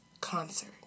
concert